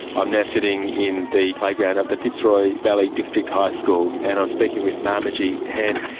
i'm now sitting in the playground of the fitzroy valley district high school, and i'm speaking with marminjee hand.